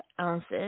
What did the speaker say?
ounces